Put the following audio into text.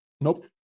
Nope